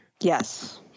Yes